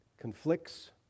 conflicts